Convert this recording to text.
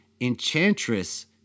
Enchantress